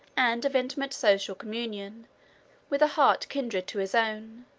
and of intimate social communion with a heart kindred to his own,